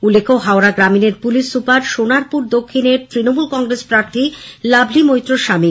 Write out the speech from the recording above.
উল্লেখ্য হাওড়া গ্রামীণের police super Sonarpur দক্ষিণের তৃণমূল কংগ্রেস প্রার্থী লাভলি মৈত্র র স্বামী